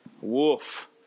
Wolf